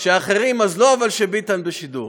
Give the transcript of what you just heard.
שלא יפריעו, כשאחרים אז לא, אבל כשביטן בשידור.